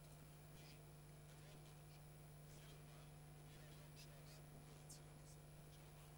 יש כאן גם הצבעה.